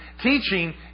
teaching